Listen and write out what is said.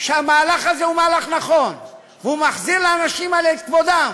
שהמהלך הזה הוא מהלך נכון והוא מחזיר לאנשים האלה את כבודם,